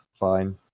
Fine